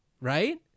Right